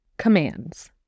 commands